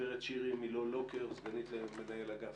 גברת שירי מילוא לוקר, סגנית מנהל אגף.